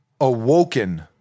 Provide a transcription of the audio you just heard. awoken